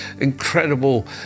incredible